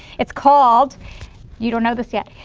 it's called you don't know this yet,